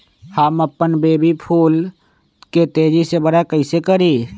हम अपन बेली फुल के तेज़ी से बरा कईसे करी?